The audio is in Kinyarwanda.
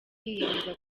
yiyemeza